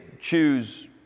choose